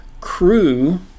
crew